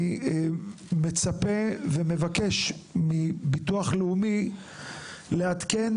אני מצפה ומבקש מהביטוח הלאומי לעדכן